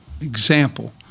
example